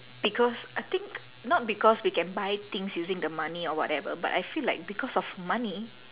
because I think not because we can buy things using the money or whatever but I feel like because of money